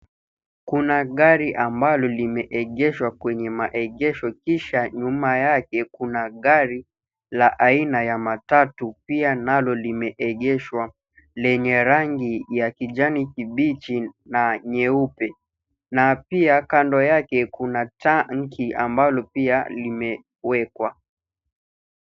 Kuna gari ambalo limeegeshwa kwenye maegesho kisha nyuma yake kuna gari la aina ya matatu pia nalo lime egeswa lenyerangi ya kijani kibijin na nye ube, na pia kando yake kuna tanki ambalo pia lime wekwa.